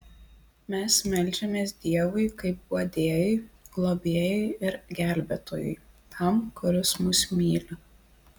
mes meldžiamės dievui kaip guodėjui globėjui ir gelbėtojui tam kuris mus myli